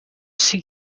see